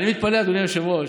אני מתפלא, אדוני היושב-ראש.